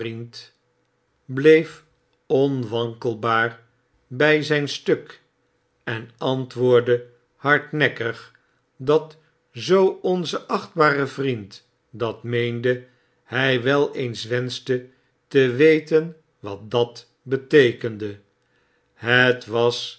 bleef onwankelbaar bij zjjn stuk en antwoordde hardnekkig dat zoo onze achtbare vriend dat meende hjj wel eens wenschte te weten wat dat beteekende het was